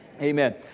Amen